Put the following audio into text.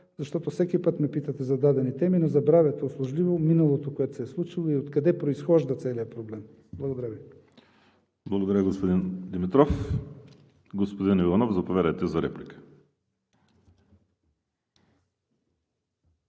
Защото всеки път ме питате за дадени теми, но забравяте услужливо миналото, при което се е случило и откъде произхожда целият проблем. Благодаря. ПРЕДСЕДАТЕЛ ВАЛЕРИ СИМЕОНОВ: Благодаря, господин Димитров. Господин Иванов, заповядайте за реплика.